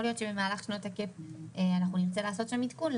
יכול להיות שבמהלך שנות הקאפ נרצה לעשות שם עדכון,